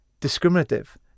discriminative